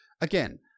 Again